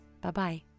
Bye-bye